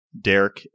Derek